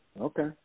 okay